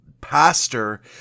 pastor